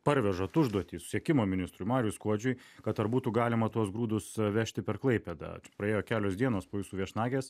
parvežat užduotį susisiekimo ministrui mariui skuodžiui kad ar būtų galima tuos grūdus vežti per klaipėdą praėjo kelios dienos po jūsų viešnagės